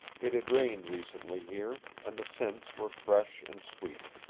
it had rained recently here, and the scents were fresh and sweet.